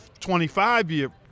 25-year –